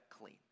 clean